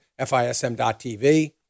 FISM.TV